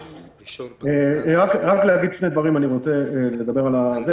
רק להגיד שני דברים באמת,